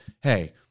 hey